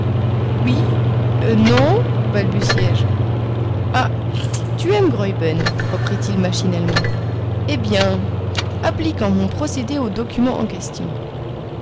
oui non balbutiai je ah tu aimes graüben reprit-il machinalement eh bien appliquons mon procédé au document en question